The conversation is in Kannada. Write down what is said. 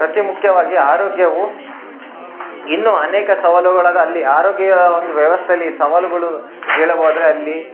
ಅತಿ ಮುಖ್ಯವಾಗಿ ಆರೋಗ್ಯವು ಇನ್ನು ಅನೇಕ ಸವಾಲುಗಳದ ಅಲ್ಲಿ ಆರೋಗ್ಯ ಒಂದು ವ್ಯವಸ್ಥೆಯಲ್ಲಿ ಸವಾಲುಗಳು ಕೆಲವು ಅದರೆ ಅಲ್ಲಿ